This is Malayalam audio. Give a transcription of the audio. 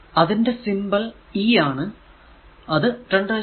അതിന്റെ സിംബൽ E ആണ്